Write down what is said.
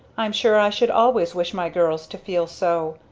i'm sure i should always wish my girls to feel so.